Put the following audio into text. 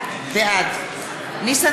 בעד ניסן